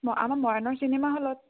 আমাৰ মৰাণৰ চিনেমা হলত